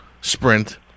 Sprint